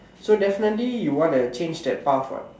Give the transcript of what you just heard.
so definitely you wanna change that path what